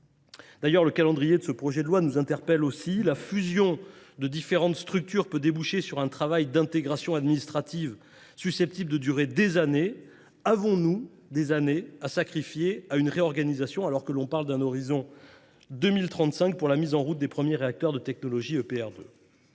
intelligence. Le calendrier de ce projet de loi nous interpelle aussi. La fusion de différentes structures peut déboucher sur un travail d’intégration administrative qui est susceptible de durer des années. Avons nous des années à sacrifier à une telle réorganisation, alors que l’on parle de la mise en route des premiers réacteurs de type EPR2 à